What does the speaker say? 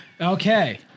Okay